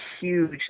huge